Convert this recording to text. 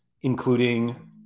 including